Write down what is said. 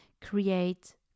create